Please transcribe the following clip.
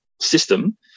system